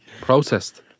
processed